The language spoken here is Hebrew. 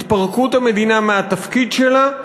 התפרקות המדינה מהתפקיד שלה,